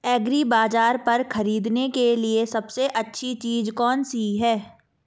एग्रीबाज़ार पर खरीदने के लिए सबसे अच्छी चीज़ कौनसी है?